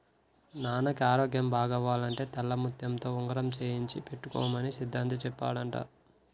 నాన్నకి ఆరోగ్యం బాగవ్వాలంటే తెల్లముత్యంతో ఉంగరం చేయించి పెట్టుకోమని సిద్ధాంతి చెప్పాడంట